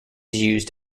used